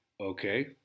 Okay